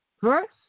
First